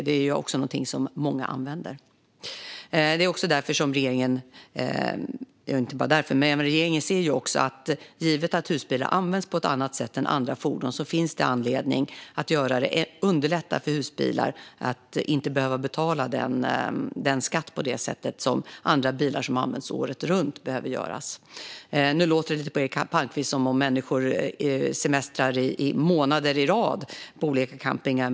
Det är också många som använder husbil. Givet att husbilar används på ett annat sätt än andra fordon ser regeringen att det finns anledning att underlätta när det gäller husbilar, så att man inte behöver betala skatt på det sätt som man behöver göra för andra bilar som används året runt. Nu låter det lite på Eric Palmqvist som att människor semestrar i månader i rad på olika campingar.